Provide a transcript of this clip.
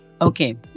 okay